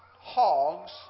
hogs